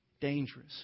dangerous